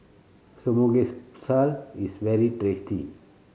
samgyeopsal is very tasty